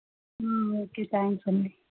okay thanks అండి